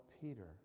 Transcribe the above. Peter